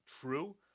true